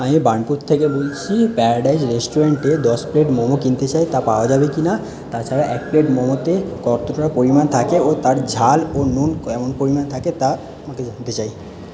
আমি বার্নপুর থেকে বলছি প্যারাডাইস রেস্টুরেন্টে দশ প্লেট মোমো কিনতে চাই তা পাওয়া যাবে কিনা তাছাড়া এক প্লেট মোমোতে কতটা পরিমাণ থাকে ও তার ঝাল ও নুন কেমন পরিমাণ থাকে তা চাই